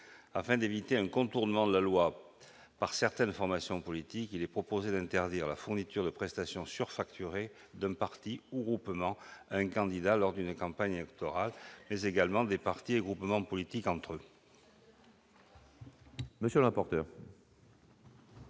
Afin d'éviter un contournement de la loi par certaines formations politiques, il est proposé d'interdire la fourniture de prestations surfacturées d'un parti ou groupement politique à un candidat lors d'une campagne électorale et des partis et groupements politiques entre eux. Quel est l'avis de